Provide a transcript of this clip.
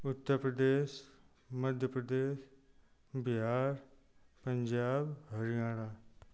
Uttar Pradesh Madhya Pradesh Bihar Punjab Haryana